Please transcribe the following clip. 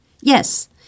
Yes